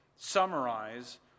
summarize